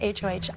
HOH